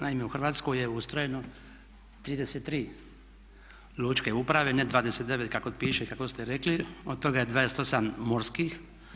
Naime, u Hrvatskoj je ustrojeno 33 lučke uprave, ne 29 kako piše i kako ste rekli, od toga je 28 morskih.